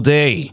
day